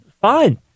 Fine